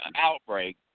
outbreak